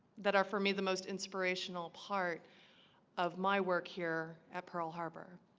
that are for me the most inspirational part of my work here at pearl harbor